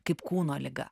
kaip kūno liga